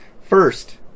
First